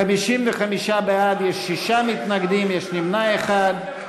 55 בעד, יש שישה מתנגדים, יש נמנע אחד.